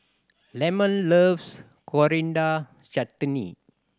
Lemon loves Coriander Chutney